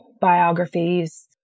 Biographies